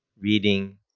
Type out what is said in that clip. reading